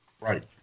Right